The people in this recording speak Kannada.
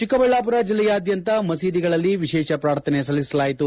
ಚಿಕ್ಕಬಳ್ಳಾಪುರ ಜಲ್ಲೆಯಾದ್ಯಂತ ಮಸೀದಿಗಳಲ್ಲಿ ವಿಶೇಷ ಪ್ರಾರ್ಥನೆ ಸಲ್ಲಿಸಲಾಯಿತು